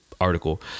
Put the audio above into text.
article